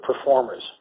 performers